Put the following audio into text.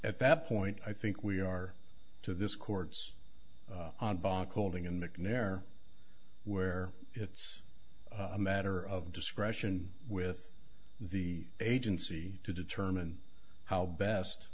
at that point i think we are to this court's holding in macnair where it's a matter of discretion with the agency to determine how best